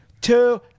two